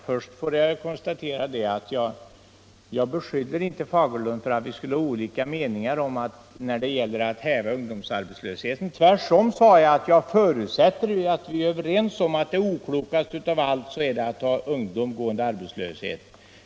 Herr talman! Jag beskyller inte herr Fagerlund för att ha en annan mening än vi har när det gäller att häva ungdomsarbetslösheten. Tvärtom sade jag att jag förutsätter att vi är överens om att det oklokaste av allt är att ha ungdomar gående arbetslösa.